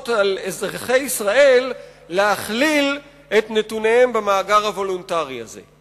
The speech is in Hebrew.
על אזרחי ישראל להכליל את נתוניהם במאגר הוולונטרי הזה.